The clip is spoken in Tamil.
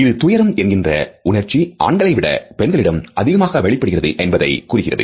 இது துயரம் என்கின்ற உணர்ச்சி ஆண்களைவிட பெண்களிடம் அதிகமாக வெளிப்படுகிறது என்பதை கூறுகிறது